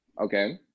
Okay